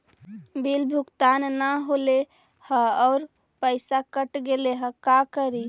Bill भुगतान न हौले हे और पैसा कट गेलै त का करि?